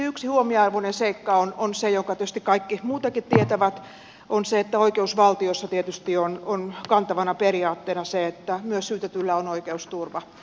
yksi huomionarvoinen seikka on se jonka tietysti kaikki muutenkin tietävät että oikeusvaltiossa tietysti on kantavana periaatteena se että myös syytetyllä on oikeusturva